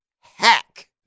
Hack